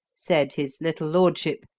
said his little lordship,